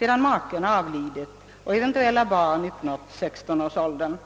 deras make avlidit och eventuella barn uppnått 16 års ålder.